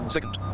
Second